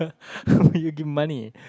but you give money